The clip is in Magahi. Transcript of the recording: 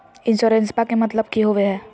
इंसोरेंसेबा के मतलब की होवे है?